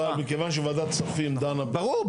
אבל כיוון שוועדת כספים דנה בזה --- ברור,